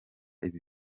ibi